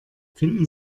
finden